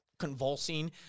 convulsing